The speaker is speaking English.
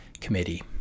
Committee